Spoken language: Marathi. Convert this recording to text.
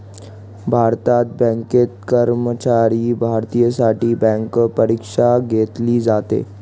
भारतात बँकेत कर्मचारी भरतीसाठी बँक परीक्षा घेतली जाते